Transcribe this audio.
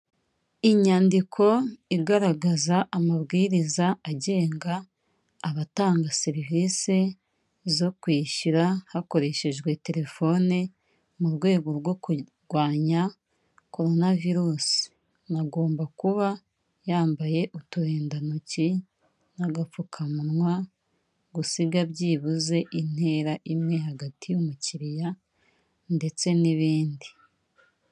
Inyandiko igaragaza amabwiriza agenga abatanga serivise zo kwishyura hakoreshejwe telefone, mu rwego rwo kurwanya korona virusi, agomba kuba yambaye uturindantoki n'agapfukamunwa, gusiga byibuze intera imwe hagati y'umukiliya ndetse n'ibindi.